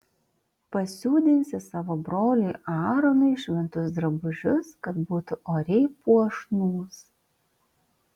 pasiūdinsi savo broliui aaronui šventus drabužius kad būtų oriai puošnūs